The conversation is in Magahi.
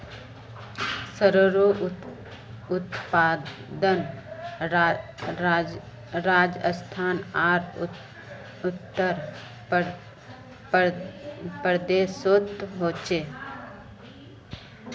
सर्सोंर उत्पादन राजस्थान आर उत्तर प्रदेशोत होचे